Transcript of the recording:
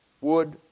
wood